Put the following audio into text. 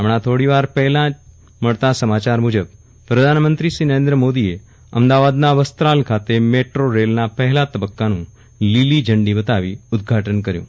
હમણાં થોડીવાર પહેલા જ મળતા સમાચાર મુજબ પ્રધાનમંત્રીશ્રી નરેન્દ્રમોદીએ અમદાવાદના વસ્ત્રાલ ખાતે મેટ્રોરેલના પહેલા તબક્કાનું લીલી ઝંડી બતાવી ઉદઘાટન કર્યુ